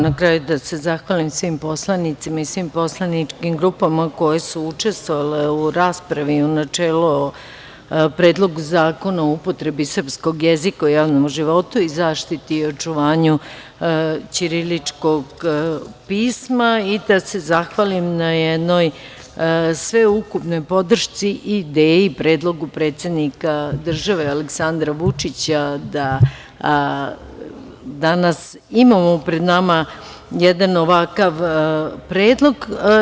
Na kraju da se zahvalim svim poslanicima i svim poslaničkim grupama koje su učestvovale u raspravi u načelu o Predlogu zakona o upotrebi srpskog jezika u javnom životu i zaštiti i očuvanju ćiriličkog pisma, i da se zahvalim na jednoj sveukupnoj podršci i ideji predlogu predsednika države, Aleksandra Vučića da danas imamo pred nama jedan ovakav predlog.